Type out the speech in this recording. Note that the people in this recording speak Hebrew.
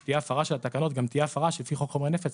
כשתהיה הפרה של התקנות גם תהיה הפרה לפי חוק חומרי נפץ,